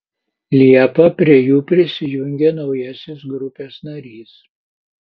liepą prie jų prisijungė naujasis grupės narys